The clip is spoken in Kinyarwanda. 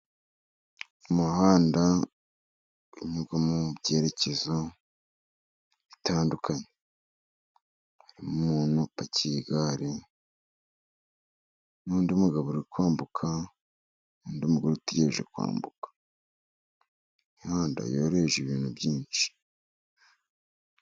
Umuhanda unyurwamo mu byerekezo bitandukanye. Hari umuntu upakiye igare, n'undi mugabo uri kwambuka, undi mugore utegereje kwambuka. Imihanda yoroheje ibintu byinshi.